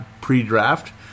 pre-draft